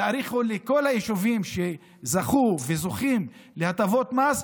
תאריכו גם לכל היישובים שזכו וזוכים להטבות מס,